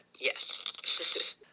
yes